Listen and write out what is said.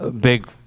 big